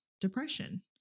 depression